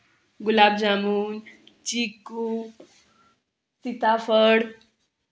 गुलाबजामून चिकू सीताफळ